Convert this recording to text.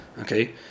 okay